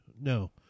No